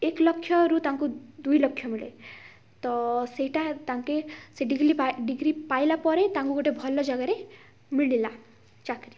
ଏକ୍ ଲକ୍ଷରୁ ତାଙ୍କୁ ଦୁଇ ଲକ୍ଷ ମିଳେ ତ ସେଇଟା ତାଙ୍କେ ସେ ଡିଗ୍ରୀ ପା ଡିଗ୍ରୀ ପାଇଲା ପରେ ତାଙ୍କୁ ଗୋଟେ ଭଲ ଜାଗାରେ ମିଳିଲା ଚାକିରି